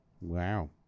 Wow